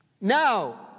now